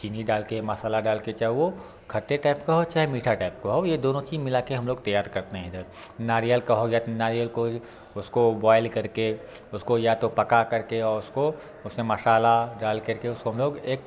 चीनी डाल के मसाला डाल के चाहे वो खट्टे टाइप का हो चाहे मीठा टाइप का हो ये दोनों चीज़ मिला के हम लोग तैयार करते हैं इधर नारियल का हो गया नारियल को उसको बॉयल करके उसको या तो पका करके और उसको उसमे मसाला डाल करके उसको हम लोग एक